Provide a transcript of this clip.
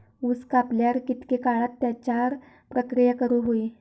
ऊस कापल्यार कितके काळात त्याच्यार प्रक्रिया करू होई?